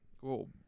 Cool